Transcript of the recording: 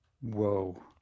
Whoa